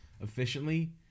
efficiently